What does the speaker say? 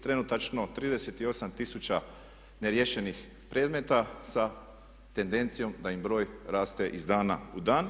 Trenutačno 38 tisuća neriješenih predmeta sa tendencijom da im broj raste iz dana u dan.